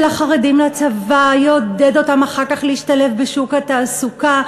החרדים לצבא יעודד אותם אחר כך להשתלב בשוק התעסוקה,